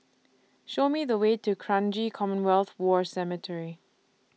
Show Me The Way to Kranji Commonwealth War Cemetery